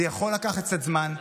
זה יכול לקחת קצת זמן,